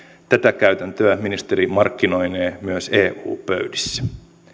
tätä käytäntöä ministeri markkinoinee myös eu pöydissä